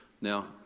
Now